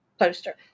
poster